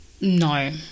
no